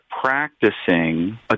practicing